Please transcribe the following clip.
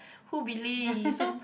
who believe so